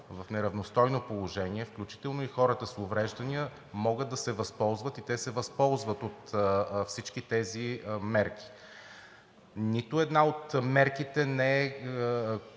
в неравностойно положение, включително и хората с увреждания, могат да се възползват и те се възползват от всички тези мерки. Нито една от мерките не